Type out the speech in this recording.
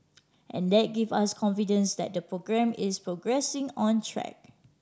and that give us confidence that the programme is progressing on track